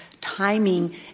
timing